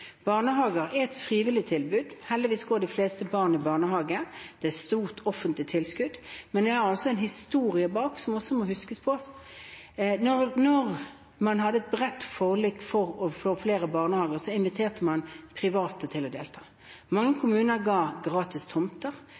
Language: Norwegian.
Barnehager er et frivillig tilbud. Heldigvis går de fleste barn i barnehage. Det er et stort offentlig tilskudd, men det er også en historie bak som må huskes på. Da man hadde et bredt forlik for å få flere barnehager, inviterte man private til å delta. Mange kommuner ga gratis tomter,